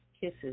kisses